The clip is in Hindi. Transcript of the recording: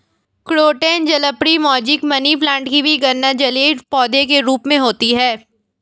क्रोटन जलपरी, मोजैक, मनीप्लांट की भी गणना जलीय पौधे के रूप में होती है